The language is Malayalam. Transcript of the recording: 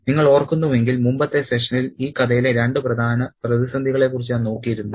നിങ്ങൾ ഓർക്കുന്നുവെങ്കിൽ മുമ്പത്തെ സെഷനിൽ ഈ കഥയിലെ രണ്ട് പ്രധാന പ്രതിസന്ധികളെക്കുറിച്ച് ഞാൻ നോക്കിയിരുന്നു